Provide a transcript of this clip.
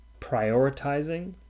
prioritizing